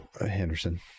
henderson